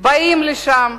באים אליהם,